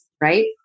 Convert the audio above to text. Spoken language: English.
Right